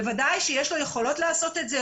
בוודאי שיש לו יכולות לעשות את זה,